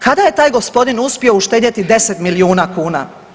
Kada je taj gospodin uspio uštedjeti 10 milijuna kuna?